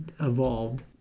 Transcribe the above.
evolved